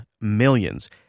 millions